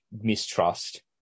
mistrust